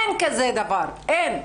אין כזה דבר, אין.